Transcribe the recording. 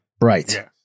Right